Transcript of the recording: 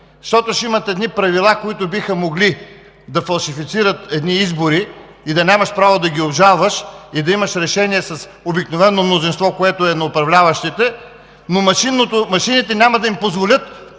Ще има правила, които биха могли да фалшифицират едни избори – да нямаш право да ги обжалваш, и да имаш решение с обикновено мнозинство, което е на управляващите. Машините няма да им позволят